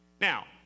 Now